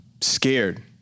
Scared